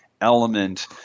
element